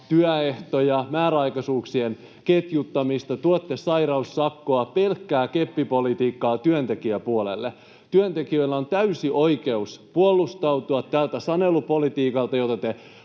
työehtoja, määräaikaisuuksien ketjuttamista, tuotte sairaussakkoa — pelkkää keppipolitiikkaa työntekijäpuolelle. Työntekijöillä on täysi oikeus puolustautua tältä sanelupolitiikalta, jota te